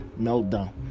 meltdown